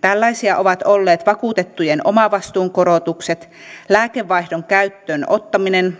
tällaisia ovat olleet vakuutettujen omavastuun korotukset lääkevaihdon käyttöönottaminen